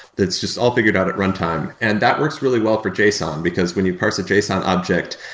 it's just all figured out at runtime, and that works really well for json, because when you parse a json object,